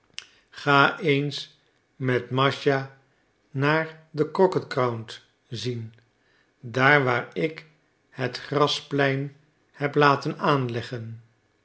ga eens met mascha naar den crocket ground zien daar waar ik het grasplein heb laten aanleggen